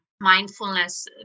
mindfulness